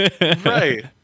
right